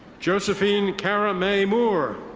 josephine kara-may moore.